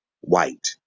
white